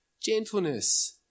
gentleness